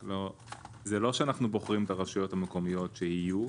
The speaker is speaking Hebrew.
זה לא שאנחנו בוחרים את הרשויות המקומיות שיהיו,